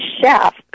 chef